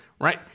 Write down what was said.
right